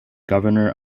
governor